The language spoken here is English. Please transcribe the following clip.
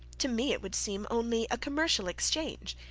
to me it would seem only a commercial exchange,